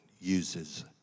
uses